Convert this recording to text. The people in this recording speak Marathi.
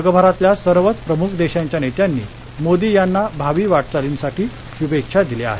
जगभरातल्या सर्वच प्रमुख देशांच्या नेत्यांनी मोदी यांना भावी वाटचालीसाठी शुभेच्छा दिल्या आहेत